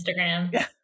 Instagram